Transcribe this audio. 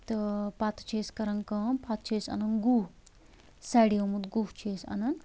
تہٕ پتہٕ چھِ أسۍ کران کٲم پتہٕ چھِ أسۍ انان گُہہ سڈیومُت گُہہ چھِ أسۍ انان